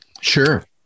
Sure